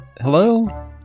Hello